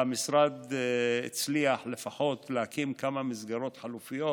והמשרד הצליח לפחות להקים כמה מסגרות חלופיות,